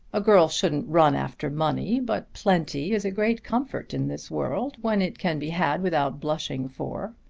a girl shouldn't run after money, but plenty is a great comfort in this world when it can be had without blushing for.